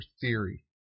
theory